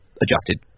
adjusted